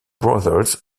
brothers